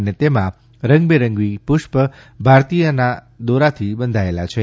અને તેમાં રંગબેરંગી પુષ્પ ભારતીયતાના દોરાથી બંધાયેલા છે